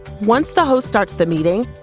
once the host starts the meeting,